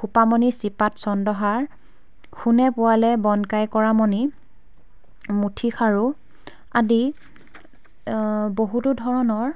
খোপামণি চিপাত চন্দ্ৰহাৰ সোণে পোৱালে বনকাই কৰা মণি মুঠিখাৰু আদি বহুতো ধৰণৰ